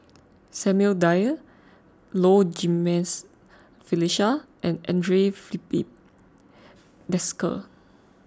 Samuel Dyer Low Jimenez Felicia and andre Filipe Desker